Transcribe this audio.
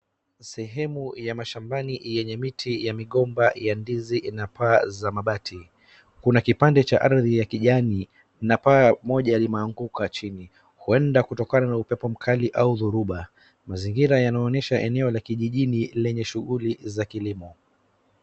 Sehemu ya mashambani yenye miti ya migomba ya ndizi na paa za mabati. Kuna kipande cha ardhi ya kijani na paa moja limeanguka chini. Huenda kutokana na upepo mkali au dhoruba. Mazingira yanaonyesha eneo la kijijini lenye shughuli za kilimo.